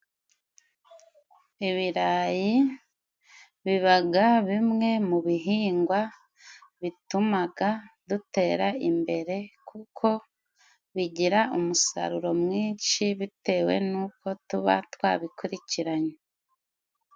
Ibirayi bibaga bimwe mu bihingwa bitumaga dutera imbere kuko bigira umusaruro mwinshi bitewe n'uko tuba twabikurikiranye.